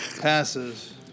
Passes